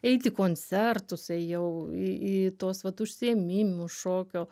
eit į koncertus ėjau į į tuos vat užsiėmimus šokio